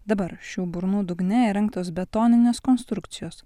dabar šių burnų dugne įrengtos betoninės konstrukcijos